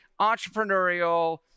entrepreneurial